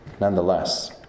nonetheless